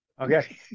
Okay